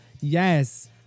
Yes